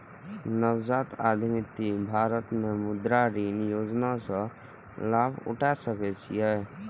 नवजात उद्यमी भारत मे मुद्रा ऋण योजना सं लाभ उठा सकै छै